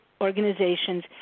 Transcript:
organizations